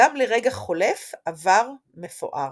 "גם לרגע חולף עבר מפואר".